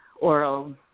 oral